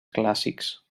clàssics